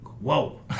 Whoa